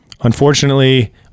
Unfortunately